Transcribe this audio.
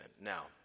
Now